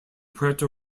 puerto